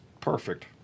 perfect